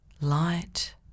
light